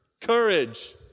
Courage